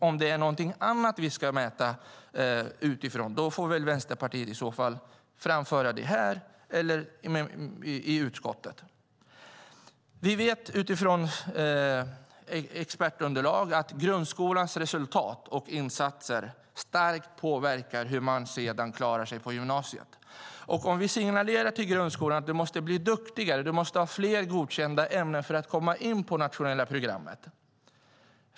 Om det är någonting annat vi ska mäta utifrån får väl Vänsterpartiet framföra det här eller i utskottet. Vi vet utifrån expertunderlag att grundskolans resultat och insatser starkt påverkar hur man sedan klarar sig på gymnasiet. Vi signalerar till elever i grundskolan att de måste bli duktigare. De måste ha fler godkända ämnen för att komma in på det nationella programmet.